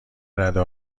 رده